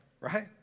right